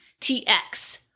TX